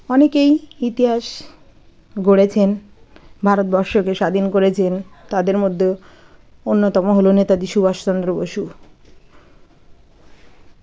অনেকেই ইতিহাস গড়েছেন ভারতবর্ষকে স্বাধীন করেছেন তাদের মধ্যে অন্যতম হল নেতাজি সুভাষচন্দ্র বসু